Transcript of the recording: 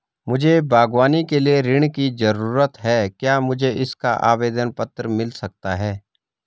मुझे बागवानी के लिए ऋण की ज़रूरत है क्या मुझे इसका आवेदन पत्र मिल सकता है?